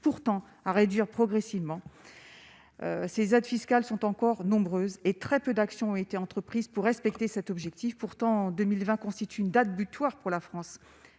pourtant à réduire progressivement ces aides fiscales sont encore nombreuses et très peu d'actions ont été entreprises pour respecter cet objectif pourtant en 2020 constitue une date butoir pour la France,